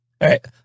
right